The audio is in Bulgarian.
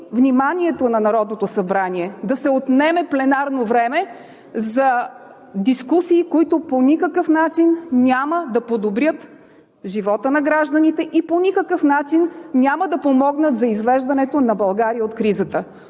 вниманието на Народното събрание, да се отнеме пленарно време за дискусии, които по никакъв начин няма да подобрят живота на гражданите и по никакъв начин няма да помогнат за извеждането на България от кризата.